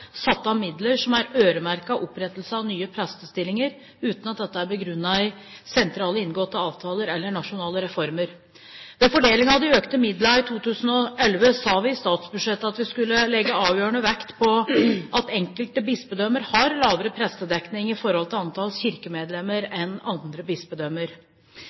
satt av midler som er øremerket opprettelse av nye prestestillinger, uten at dette er begrunnet i sentralt inngåtte avtaler eller nasjonale reformer. Ved fordelingen av de økte midlene i 2011 sa vi i statsbudsjettet at det skulle legges avgjørende vekt på at enkelte bispedømmer har en lavere prestedekning i forhold til antallet kirkemedlemmer enn andre